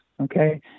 Okay